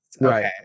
right